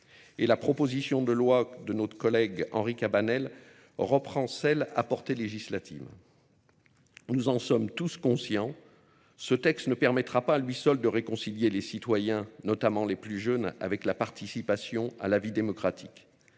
la proposition de loi de notre collègue Henri Cabanel reprend celle à portée législative. Nous en sommes tous conscients. Ce texte ne permettra pas à lui seul de réconcilier les citoyens, notamment les plus jeunes, avec la participation à la vie démocratique.